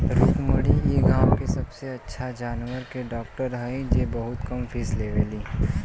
रुक्मिणी इ गाँव के सबसे अच्छा जानवर के डॉक्टर हई जे बहुत कम फीस लेवेली